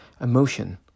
emotion